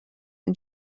and